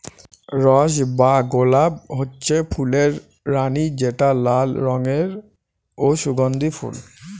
rose বা গলাপ হচ্ছে ফুলের রানী যেটা লাল রঙের ও সুগন্ধি ফুল